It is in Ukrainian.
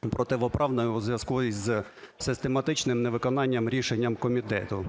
протиправною у зв'язку із систематичним невиконанням рішень комітету.